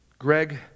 Greg